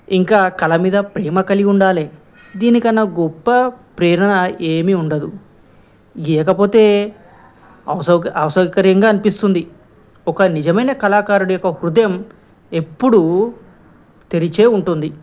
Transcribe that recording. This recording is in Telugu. ఇంకా కల మీద ప్రేమ కలిగి ఉండాలే దీనికన్నా గొప్ప ప్రేరణ ఏమిీ ఉండదు ఏకపోతే అస అవసకర్యంగా అనిపిస్తుంది ఒక నిజమైన కళాకారుడు యొక్క హృదయం ఎప్పుడూ తెరిచే ఉంటుంది